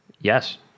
Yes